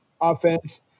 offense